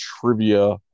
trivia